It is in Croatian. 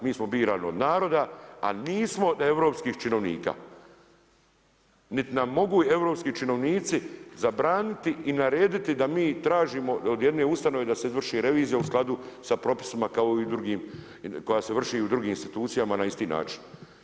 Mi smo birani od naroda, a nismo europskih činovnika, niti nam mogu europski činovnici zabraniti i narediti da mi tražimo od jedne ustanove da se izvrši revizija u skladu sa propisima kao i u drugim koja se vrši i u drugim institucijama na isti način.